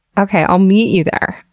okay. i'll meet you there.